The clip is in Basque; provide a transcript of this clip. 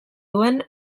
duen